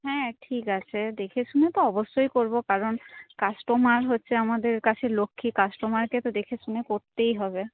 হ্যাঁ ঠিক আছে দেখে শুনেতো অবশ্যই করবো কারণ কাস্টমার হচ্ছে আমাদের কাছে লক্ষী কাস্টমারকে তো দেখেশুনে করতেই হবে